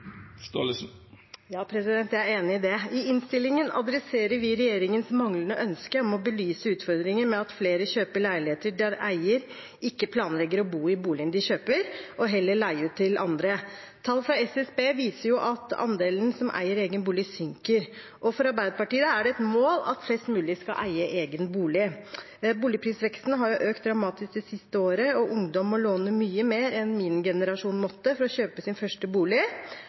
Ja, jeg er enig i det. I innstillingen adresserer vi regjeringens manglende ønske om å belyse utfordringen med at flere kjøper leiligheter der eier ikke planlegger å bo i boligen som kjøpes, men heller leier ut til andre. Tall fra SSB viser jo at andelen som eier egen bolig, synker. For Arbeiderpartiet er det et mål at flest mulig skal eie egen bolig. Boligprisveksten har økt dramatisk det siste året, og ungdom må låne mye mer enn min generasjon måtte for å kjøpe sin første bolig,